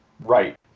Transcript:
right